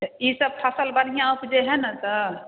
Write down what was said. तऽ ई सब फसल बढ़िआँ ऊपजैत हए ने तऽ